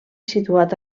situat